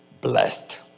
blessed